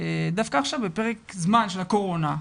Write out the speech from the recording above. דווקא עכשיו בפרק הזמן של הקורונה,